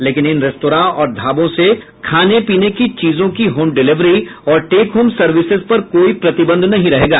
लेकिन इन रेस्तरां और ढाबों से खाने पीने की चीजों की होम डिलेवरी और टेक होम सर्विसेज पर कोई प्रतिबंध नहीं रहेगा